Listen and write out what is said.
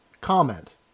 Comment